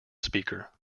speaker